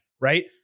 right